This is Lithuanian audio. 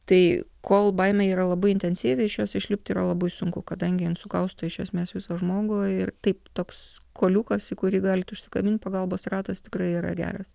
tai kol baimė yra labai intensyvi iš jos išlipt yra labai sunku kadangi jin sukausto iš esmės visą žmogų ir taip toks kuoliukas į kurį galit užsikabint pagalbos ratas tikrai yra geras